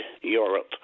Europe